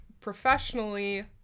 professionally